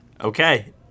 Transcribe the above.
okay